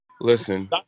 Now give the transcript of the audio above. Listen